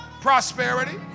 prosperity